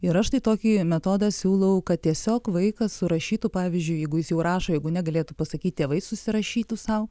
ir aš tai tokį metodą siūlau kad tiesiog vaikas surašytų pavyzdžiui jeigu jis jau rašo jeigu ne galėtų pasakyt tėvai susirašytų sau